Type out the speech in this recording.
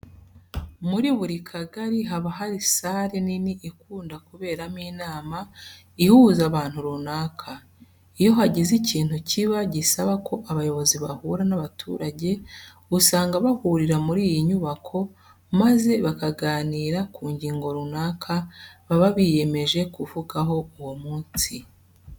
Muri buri kagari haba hari sare nini ikunda kuberamo inama ihuza abantu runaka. Iyo hagize ikintu kiba gisaba ko abayobozi bahura n'abaturage usanga bahurira muri iyi nyubako maze bakaganira ku ngingo runaka baba biyemeje kuvugaho uwo munsi.